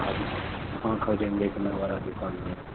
اب کہاں کھوجیں گے اتنا بڑا دکان میں